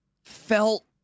felt